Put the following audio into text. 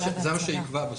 זה מה שבסוף יקבע.